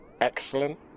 excellent